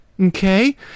Okay